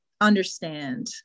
understand